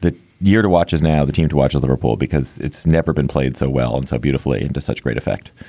that year to watch is now the team to watch liverpool because it's never been played so well and so beautifully into such great effect.